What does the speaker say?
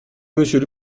monsieur